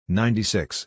ninety-six